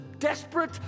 Desperate